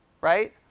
right